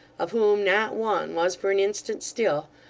of whom not one was for an instant still,